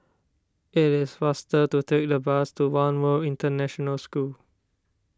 it is faster to take the bus to one World International School